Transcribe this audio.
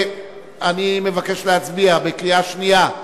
אני מבקש להצביע בקריאה שנייה,